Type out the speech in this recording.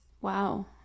Wow